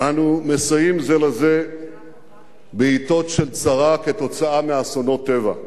אנו מסייעים זה לזה בעתות של צרה עקב אסונות טבע.